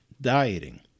dieting